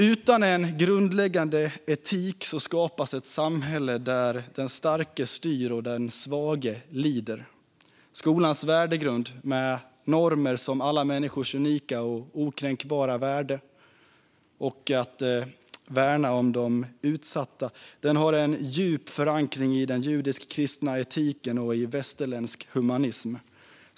Utan en grundläggande etik skapas ett samhälle där den starke styr och den svage lider. Skolans värdegrund, med normer som alla människors unika och okränkbara värde och solidaritet med utsatta, har en djup förankring i den judisk-kristna etiken och i västerländsk humanism.